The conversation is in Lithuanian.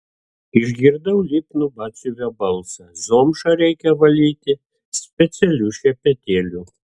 išgirdau lipnų batsiuvio balsą zomšą reikia valyti specialiu šepetėliu